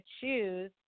choose